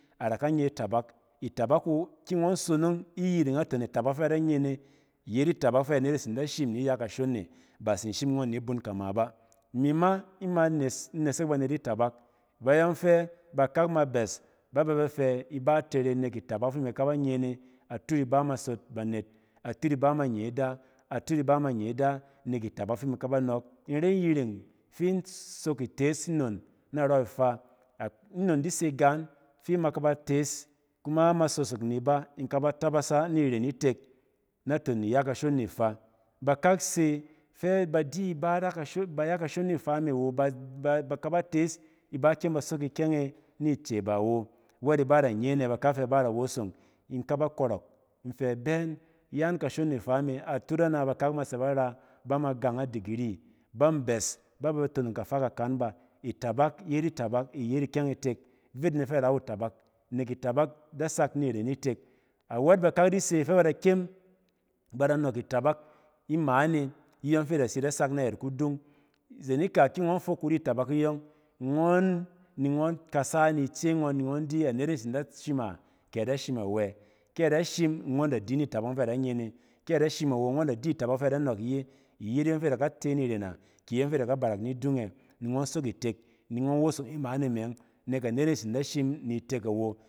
Adaka nye itabak. Nek itabak wu ki ngↄn sonong iyiring naton itabak fɛ ada nye ne iyet tabak fɛ anet e tsin da shim ni ya kashon ne, ba a tsin shim ngↄn ni bun kama ba. Imi ma ima nes nesek banet itabak bayↄng fɛ ba kak ma bɛs ba bɛ ba fɛ iba tere nek itabak fi imi ka ban ye ne atut iba ma sot banet. Atut iba ma nye ida, atut iba ma nye ida nek itabak fi imi kaba nↄↄk in ren yiring fi in sok itees inon narↄ ifaa, a inon di se gaan fi imi kaba tees, kuma ima sosok ni iba ni in kaba tabasa ni ren itek naton iya kashon ni ifaa. Bakak se fɛ badi iba ra kashon, bay a kashon ni faa me awo, ba kaba tees iba kyem ba sok ikyɛng e n ice ba wo, wɛt iba iba da nye ɛnɛ? Bakak fɛ iba da wosong in kaba kↄrↄk in fɛ bɛ yin, yan kashon ni ifaa me atut ana, bakak ma tsɛ bar a, ba ma gang a degree ban bɛs, ba bɛ ba tonong kafa kakan ba. Itabak yet itabak iyet ikyɛng itek. Vita net fɛ rawu itabak, nek itabak da sak ni ren itek. Awɛt bak ak di se fɛ ba da kyem ba da nↄk itabak imɛɛne iyↄng fi ida tsi da sɛk nayɛt kudung. Izen ikak ki ngↄn fok kari itabak iyↄng ngↄn, ni ngↄn kasa ni ice ngↄn ni ngↄn di anet e tsin da shim a kɛ ada shim awɛ? Kɛ ada shim ngↄn da di ni tabak ↄng fɛ ada nye ne. Kɛ ada shin awo ngↄn da di itabak ↄng fɛ ada nↄk iye. Iyet iyↄng fi id aka te ni ren a kɛ iyↄng fi id aka barak ni dung ɛ? Ni ngↄn sok itek ni ngↄn wosong imaane me ↄng nek anet e tsin da shim ni tek awo.